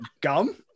gum